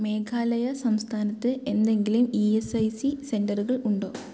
മേഘാലയ സംസ്ഥാനത്ത് എന്തെങ്കിലും E S I C സെന്ററുകൾ ഉണ്ടോ